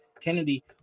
Kennedy